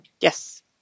Yes